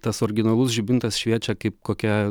tas originalus žibintas šviečia kaip kokia